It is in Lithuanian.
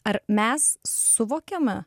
ar mes suvokiame